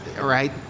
right